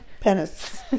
Penis